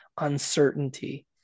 uncertainty